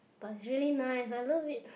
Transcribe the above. but it's really nice I love it